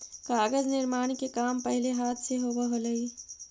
कागज निर्माण के काम पहिले हाथ से होवऽ हलइ